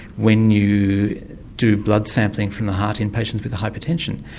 when you do blood sampling from the heart in patients with hypertension,